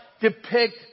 depict